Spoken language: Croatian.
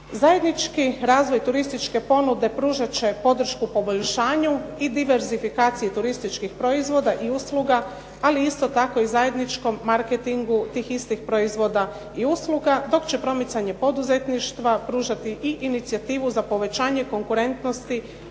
Zajednički razvoj turističke ponude pružat će ponudu poboljšanju i diversifikaciji turističkih proizvoda i usluga ali isto tako i zajedničkom marketingu tih istih proizvoda i usluga, dok će promicanje poduzetništva pružati i inicijativu za povećanje konkurentnosti